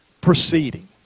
proceeding